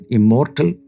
immortal